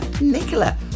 Nicola